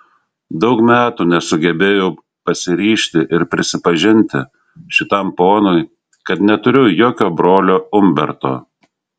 daug metų nesugebėjau pasiryžti ir prisipažinti šitam ponui kad neturiu jokio brolio umberto